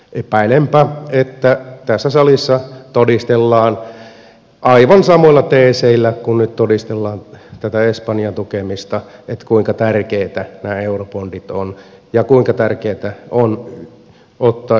epäilenpä että tässä salissa todistellaan aivan samoilla teeseillä kuin nyt todistellaan tätä espanjan tukemista kuinka tärkeitä nämä eurobondit ovat ja kuinka tärkeätä on ottaa yhteisvastuullista velkaa